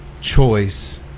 choice